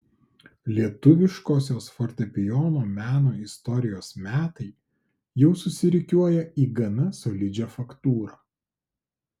lietuviškosios fortepijono meno istorijos metai jau susirikiuoja į gana solidžią faktūrą